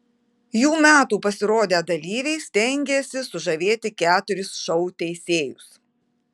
jų metų pasirodę dalyviai stengėsi sužavėti keturis šou teisėjus